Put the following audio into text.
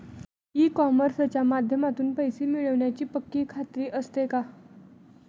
E कॉमर्सच्या माध्यमातून पैसे मिळण्याची पक्की खात्री असते का?